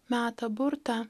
meta burtą